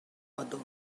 other